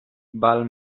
val